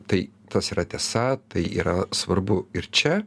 tai tas yra tiesa tai yra svarbu ir čia